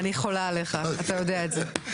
אני חולה עליך, אתה יודע את זה.